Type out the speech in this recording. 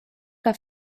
que